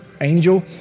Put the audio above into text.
angel